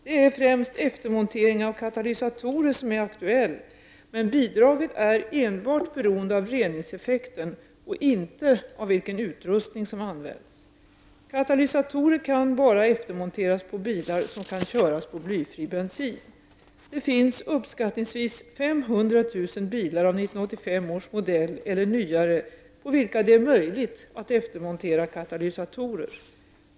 Det är främst eftermontering av katalysatorer som är aktuell, men bidraget är enbart beroende av reningseffekten och inte av vilken utrustning som används. Katalysatorer kan bara eftermonteras på bilar som kan köras på blyfri bensin. Det finns uppskattningsvis 500 000 bilar av 1985 års modell eller nyare på vilka det är möjligt att eftermontera katalysatorer.